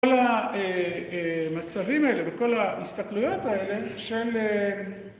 כל המצבים האלה וכל הסתכלויות האלה של...